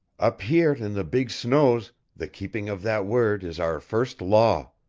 up here in the big snows the keeping of that word is our first law.